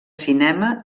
cinema